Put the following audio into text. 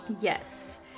yes